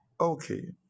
Okay